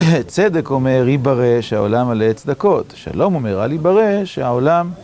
צדק אומר, ייברא, שהעולם מלא צדקות. שלום אומר, אל ייברא, שהעולם...